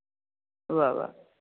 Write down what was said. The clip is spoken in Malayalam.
ഉവ്വ ഉവ്വ്